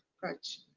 brush.